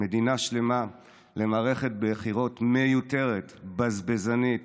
מדינה שלמה למערכת בחירות מיותרת, בזבזנית,